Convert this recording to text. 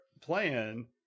playing